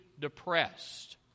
depressed